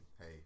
Hey